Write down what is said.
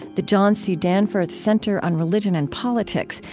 the john c. danforth center on religion and politics,